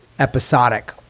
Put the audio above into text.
episodic